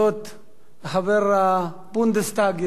לחבר הבונדסטאג, ידיד ישראל